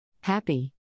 Happy